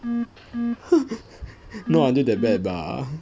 not until that bad bah